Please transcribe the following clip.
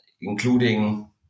including